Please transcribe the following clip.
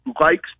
likes